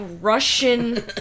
Russian